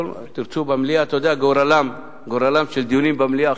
תרצו במליאה, אתה יודע מה גורלם של דיונים במליאה.